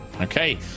Okay